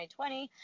2020